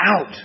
out